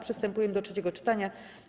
Przystępujemy do trzeciego czytania.